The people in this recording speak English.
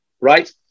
right